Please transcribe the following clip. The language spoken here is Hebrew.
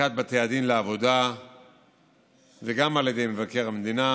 בפסיקת בתי הדין לעבודה וגם על ידי מבקר המדינה,